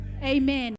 Amen